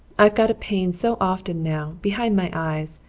i've got a pain so often now behind my eyes.